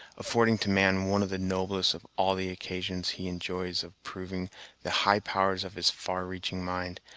affording to man one of the noblest of all the occasions he enjoys of proving the high powers of his far-reaching mind,